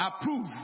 approve